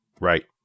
right